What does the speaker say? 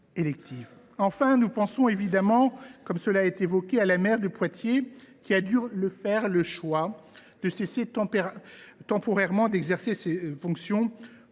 Enfin, nous pensons évidemment à la maire de Poitiers, qui a dû faire le choix de cesser temporairement d’exercer ses fonctions